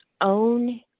own